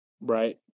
right